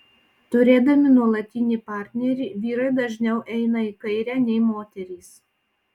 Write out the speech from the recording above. turėdami nuolatinį partnerį vyrai dažniau eina į kairę nei moterys